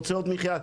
הוצאות מחיה.